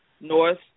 north